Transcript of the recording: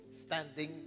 standing